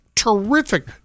Terrific